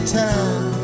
time